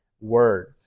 Word